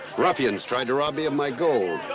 ruffians tried to rob me of my gold.